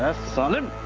ah sudden?